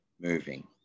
moving